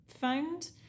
found